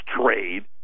trade